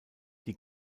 die